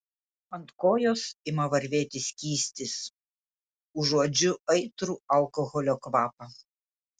ant kojos ima varvėti skystis užuodžiu aitrų alkoholio kvapą